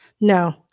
No